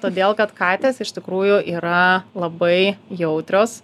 todėl kad katės iš tikrųjų yra labai jautrios